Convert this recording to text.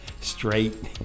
straight